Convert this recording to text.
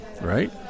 right